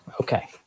Okay